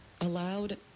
allowed